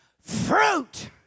fruit